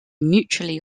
mutually